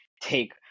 take